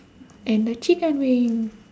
and the chicken wing